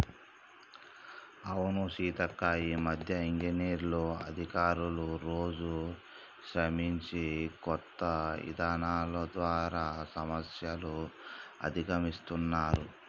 అవును సీతక్క ఈ మధ్య ఇంజనీర్లు అధికారులు రోజు శ్రమించి కొత్త ఇధానాలు ద్వారా సమస్యలు అధిగమిస్తున్నారు